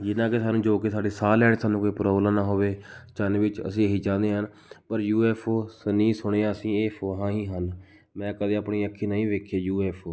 ਜਿਦਾਂ ਕਿ ਸਾਨੂੰ ਜੋ ਕੇ ਸਾਡੇ ਸਾਹ ਲੈਣ ਸਾਨੂੰ ਕੋਈ ਪ੍ਰੋਬਲਮ ਨਾ ਹੋਵੇ ਚੰਨ ਵਿੱਚ ਅਸੀਂ ਇਹੀ ਚਾਹੁੰਦੇ ਹਨ ਪਰ ਯੂ ਐੱਫ ਓ ਸਨੀ ਸੁਣਿਆ ਅਸੀਂ ਇਹ ਅਫਵਾਹਾਂ ਹੀ ਹਨ ਮੈਂ ਕਦੇ ਆਪਣੀ ਅੱਖੀ ਨਹੀਂ ਵੇਖੇ ਯੂ ਐੱਫ ਓ